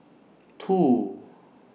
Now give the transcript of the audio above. two